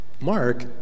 Mark